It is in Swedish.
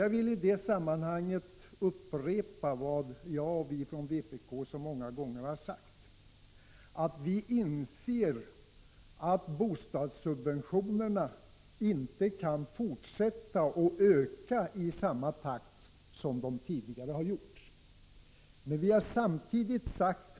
Jag vill upprepa vad jag och vi i vpk i detta sammanhang så många gånger har sagt. Vi inser att bostadssubventionerna inte kan fortsätta att öka i samma takt som de tidigare har gjort.